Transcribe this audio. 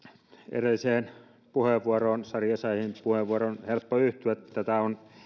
edelliseen sari essayahin puheenvuoroon on helppo yhtyä tätä on